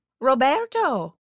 Roberto